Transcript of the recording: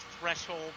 threshold